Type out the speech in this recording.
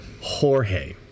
Jorge